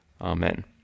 Amen